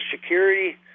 Security